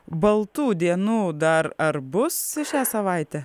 baltų dienų dar ar bus šią savaitę